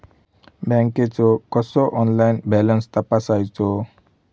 बँकेचो कसो online balance तपासायचो?